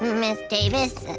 ms. davis,